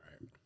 right